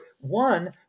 one